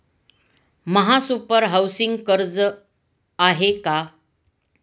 महासुपर हाउसिंग कर्ज आहे का?